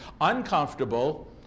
uncomfortable